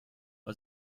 war